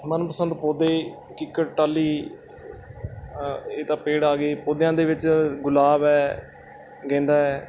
ਮਨਪਸੰਦ ਪੌਦੇ ਕਿੱਕਰ ਟਾਹਲੀ ਇਹ ਤਾਂ ਪੇੜ ਆ ਗਏ ਪੌਦਿਆਂ ਦੇ ਵਿੱਚ ਗੁਲਾਬ ਹੈ ਗੇਂਦਾ ਹੈ